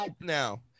now